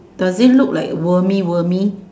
does it look like wormy wormy